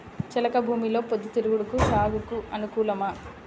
చెలక భూమిలో పొద్దు తిరుగుడు సాగుకు అనుకూలమా?